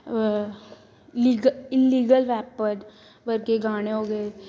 legal illegal weapon ਵਰਗੇ ਗਾਣੇ ਹੋ ਗਏ